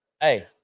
Hey